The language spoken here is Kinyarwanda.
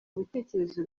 bitekerezo